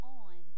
on